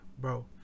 bro